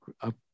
up